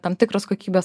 tam tikros kokybės